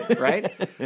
right